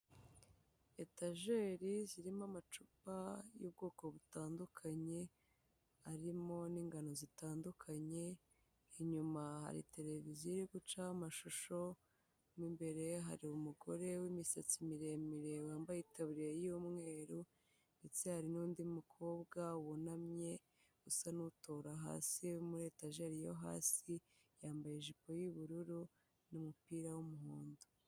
Etageri zirimo amacupa y'ubwoko butandukanye, harimo n'ingano zitandukanye, inyuma hari televiziyo iri guca amashushomo, mo imbere hari umugore w'imisatsi miremire wambaye itaburiya y'umweru ndetse hari n'undi mukobwa wunamye usa n'utora hasi muri etajeri yo hasi, yambaye ijipo y'ubururu n'umupira w'umuhondo.